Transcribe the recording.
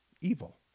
evil